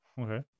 Okay